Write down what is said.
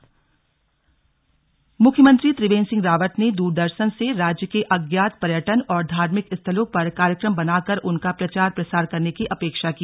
slug Doordarshan महानिदेशक मुख्यमंत्री त्रिवेंद्र सिंह रावत ने दूरदर्शन से राज्य के अज्ञात पर्यटन और धार्मिक स्थलों पर कार्यक्रम बनाकर उनका प्रचार प्रसार करने की अपेक्षा की